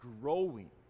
growing